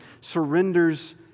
surrenders